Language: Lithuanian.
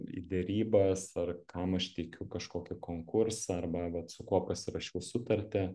į derybas ar kam aš teikiu kažkokį konkursą arba vat su kuo pasirašiau sutartį